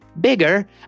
bigger